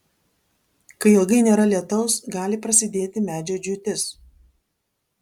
kai ilgai nėra lietaus gali prasidėti medžio džiūtis